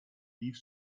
rief